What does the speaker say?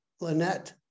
Lynette